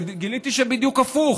וגיליתי שבדיוק הפוך,